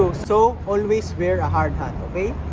so so, always wear a hard hat.